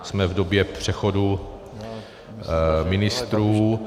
Jsme v době přechodu ministrů.